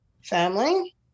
family